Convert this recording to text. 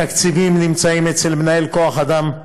התקציבים נמצאים אצל מנהל כוח-אדם,